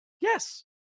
Yes